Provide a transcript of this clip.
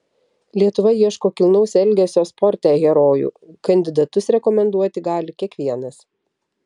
lietuva ieško kilnaus elgesio sporte herojų kandidatus rekomenduoti gali kiekvienas